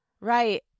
Right